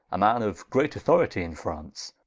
a man of great authoritie in france,